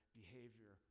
behavior